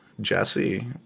Jesse